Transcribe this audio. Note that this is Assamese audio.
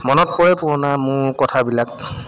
মনত পৰে পুৰণা মোৰ কথাবিলাক